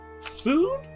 food